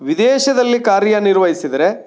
ವಿದೇಶದಲ್ಲಿ ಕಾರ್ಯ ನಿರ್ವಹಿಸಿದರೆ